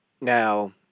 Now